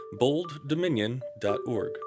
BoldDominion.org